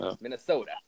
Minnesota